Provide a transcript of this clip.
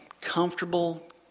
comfortable